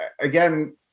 again